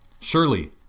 Surely